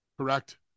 Correct